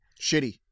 shitty